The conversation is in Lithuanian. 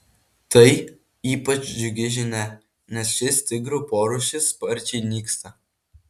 tai ypač džiugi žinia nes šis tigrų porūšis sparčiai nyksta